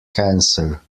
cancer